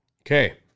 Okay